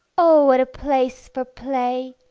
oh, what a place for play,